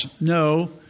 No